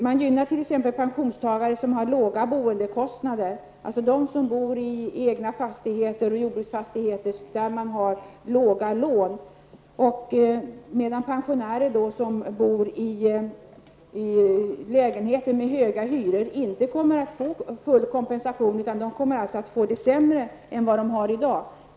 Men här gynnar man t.ex. pensionstagare som har låga boendekostnader, alltså de som bor i egna fastigheter eller jordbruksfastigheter med låga lån, medan pensionärer som bor i lägenhet med hög hyra inte kommer att få full kompensation utan får det sämre än vad det har i dag.